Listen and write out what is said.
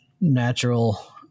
natural